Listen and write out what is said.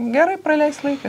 gerai praleist laiką